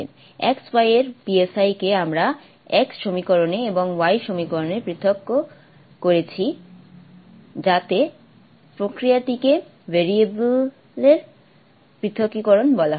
x y এর কে আমরা x সমীকরণে এবং y সমীকরণে পৃথক করেছি যাতে প্রক্রিয়াটিকে ভেরিয়েবলের পৃথকীকরণ বলা হয়